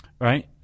right